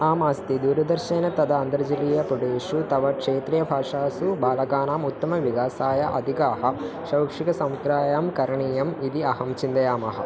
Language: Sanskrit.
आम् अस्ति दूरदर्शनं तथा अन्तर्जालीय पदेषु तव क्षेत्रीयभाषासु बालकानाम् उत्तमविकासाय अधिकाः शैक्षिकसमुहाय करणीयम् इति अहं चिन्तयामि